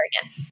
again